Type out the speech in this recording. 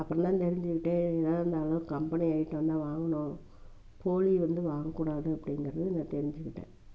அப்புறந்தான் தெரிஞ்சிகிட்டேன் எதாது இருந்தாலும் கம்பெனி ஐட்டந்தான் வாங்கணும் போலி வந்து வாங்கக்கூடாது அப்படிங்குறது நான் தெரிஞ்சிக்கிட்டேன்